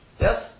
Yes